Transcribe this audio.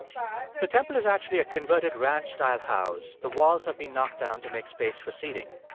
so the temple is actually a converted ranch-style house. the walls have been knocked down to make space for seating.